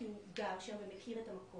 כי הוא גר שם ומכיר את המקום.